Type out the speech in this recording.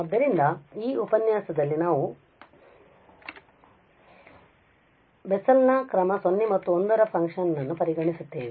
ಆದ್ದರಿಂದ ಈ ಉಪನ್ಯಾಸದಲ್ಲಿ ನಾವು ಈಗ ಬೆಸೆಲ್ ನ ಕ್ರಮ 0 ಮತ್ತು 1 ರ ಫಂಕ್ಷನ್ ನನ್ನು ಪರಿಗಣಿಸುತ್ತೇವೆ